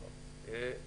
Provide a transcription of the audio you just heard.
בבקשה.